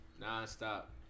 non-stop